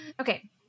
Okay